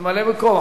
ממלא-מקום.